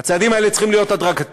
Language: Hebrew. הצעדים האלה צריכים להיות הדרגתיים,